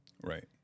Right